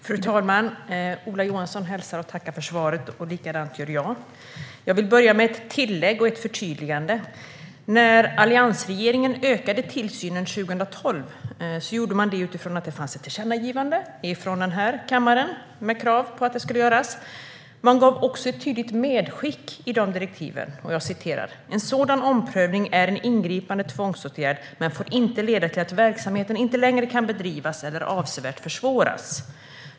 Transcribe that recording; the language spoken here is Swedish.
Fru talman! Ola Johansson hälsar och tackar för svaret. Jag tackar också. Jag vill börja med ett tillägg och förtydligande. När alliansregeringen ökade tillsynen 2012 gjorde man det utifrån att det fanns ett tillkännagivande med de kraven från riksdagen. Man gav också ett tydligt medskick i direktiven: "En sådan omprövning är en ingripande tvångsåtgärd, men får inte leda till att verksamheten inte längre kan bedrivas eller avsevärt försvåras."